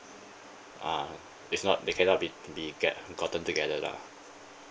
ah it's not they cannot be be get gotten together lah